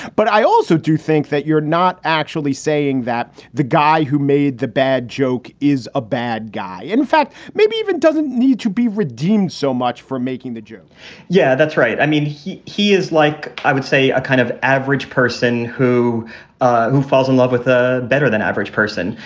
but i. i also do think that you're not actually saying that the guy who made the bad joke is a bad guy, in fact, maybe even doesn't need to be redeemed. so much for making the joke yeah, that's right. i mean, he he is, like, i would say, a kind of average person who ah who falls in love with a better than average person.